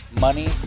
money